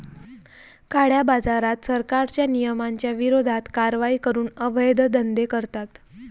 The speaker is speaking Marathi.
काळ्याबाजारात, सरकारच्या नियमांच्या विरोधात कारवाई करून अवैध धंदे करतात